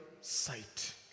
sight